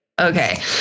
okay